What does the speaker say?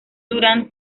duran